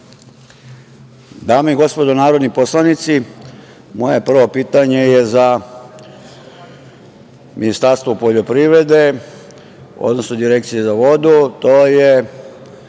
Dame i gospodo narodni poslanici, moje prvo pitanje je za Ministarstvo poljoprivrede, odnosno Direkcije za vodu, to je